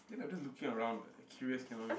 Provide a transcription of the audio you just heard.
ya lah just looking around [what] I curious cannot meh